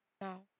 No